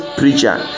preacher